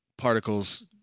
Particles